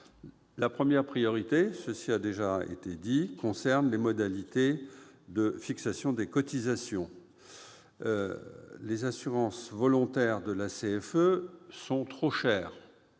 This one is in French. la première priorité concerne les modalités de fixation des cotisations. Les assurances volontaires de la CFE sont trop chères